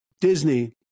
Disney